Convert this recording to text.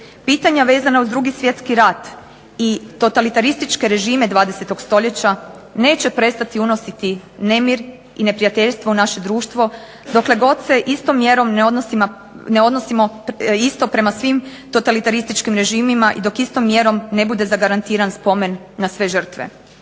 Pitanja vezana uz Drugi svjetski rat i totalitarističke režime 20. stoljeća neće prestati unositi nemir i neprijateljstvo u naše društvo dokle god se istom mjerom ne odnosimo isto prema svim totalitarističkim režimima i dok istom mjerom ne bude zagarantiran spomen na sve žrtve.